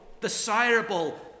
desirable